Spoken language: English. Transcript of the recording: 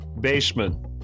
baseman